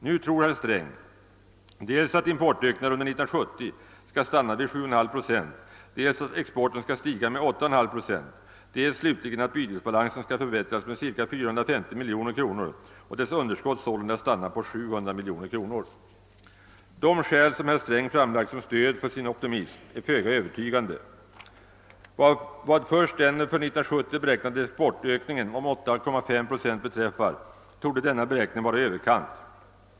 Nu tror herr Sträng dels att importökningen under 1970 skall stanna vid 7,5 procent, dels att exporten skall stiga med 8,5 procent, dels slutligen att bytesbalansen skall förbättras med ca 450 miljoner kronor och dess underskott sålunda stanna på ca 700 miljoner kronor. De skäl som herr Sträng framlagt som stöd för sin optimism är föga övertygande. Vad den för 1970 beräknade exportökningen om 8,5 procent beträffar, torde denna beräkning vara i överkant.